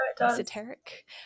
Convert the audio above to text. esoteric